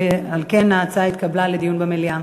על כן ההצעה התקבלה לדיון במליאה.